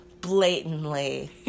blatantly